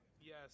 Yes